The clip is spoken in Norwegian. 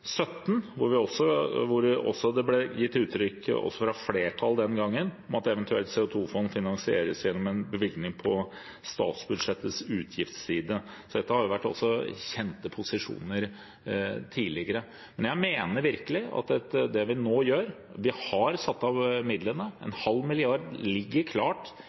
den gangen at et eventuelt CO 2 -fond finansieres gjennom en bevilgning over statsbudsjettets utgiftsside. Så dette har vært kjente posisjoner også tidligere. Men jeg mener virkelig at med det vi nå gjør – vi har satt av midlene, en halv milliard ligger